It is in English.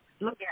Look